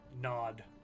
Nod